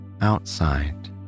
Outside